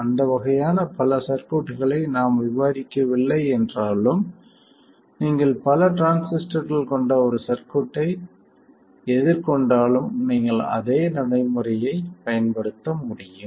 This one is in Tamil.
அந்த வகையான பல சர்க்யூட்களை நாம் விவாதிக்கவில்லை என்றாலும் நீங்கள் பல டிரான்சிஸ்டர்கள் கொண்ட ஒரு சர்க்யூட்டை எதிர்கொண்டாலும் நீங்கள் அதே நடைமுறையைப் பயன்படுத்த முடியும்